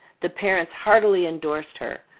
the parents heartily endorsed her,